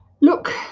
look